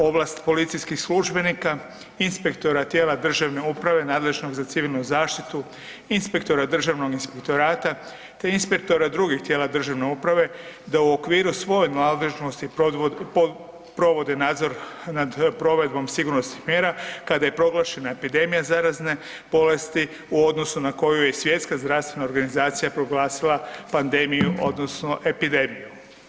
Ovlast policijskih službenika, inspektora tijela državne uprave nadležnog za civilnu zaštitu, inspektora Državnog inspektorata te inspektora drugih tijela državne uprave, da u okviru svoje nadležnosti provode nadzor nad provedbom sigurnosnih mjera, kada je proglašena epidemija zarazne bolesti u odnosu na koju je Svjetska zdravstvena organizacija proglasila pandemiju odnosno epidemiju.